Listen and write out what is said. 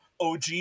OG